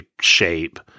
shape